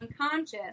unconscious